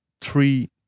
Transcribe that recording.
three